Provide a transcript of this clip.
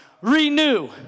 Renew